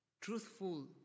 truthful